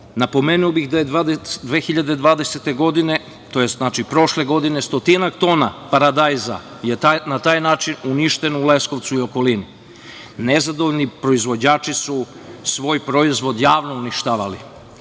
cene. Napomenuo bih da je 2020. godine, tj. prošle godine, stotinak tona paradajza na taj način uništeno u Leskovcu i okolini. Nezadovoljni proizvođači su svoj proizvod javno uništavali.